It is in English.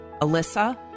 Alyssa